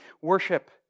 worship